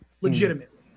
legitimately